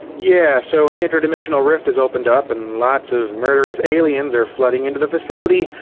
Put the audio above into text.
yeah so an interdimensional rift has opened up and lots of murderous aliens are flooding into the facility.